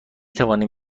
توانیم